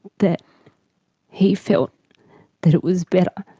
that he felt that it was better